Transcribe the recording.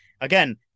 Again